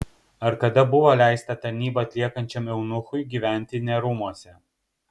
ar kada buvo leista tarnybą atliekančiam eunuchui gyventi ne rūmuose